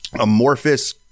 amorphous